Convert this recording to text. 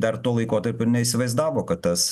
dar tuo laikotarpiu neįsivaizdavo kad tas